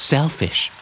Selfish